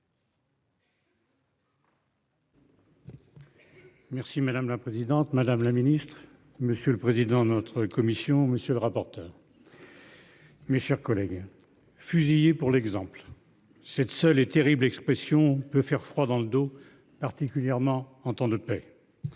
Merci madame la présidente, madame la Ministre, Monsieur le Président notre commission monsieur le rapporteur. Mes chers collègues, fusillés pour l'exemple. Cette seule est terrible expression peut faire froid dans le dos, particulièrement en temps de paix.